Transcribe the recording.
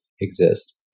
exist